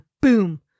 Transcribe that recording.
boom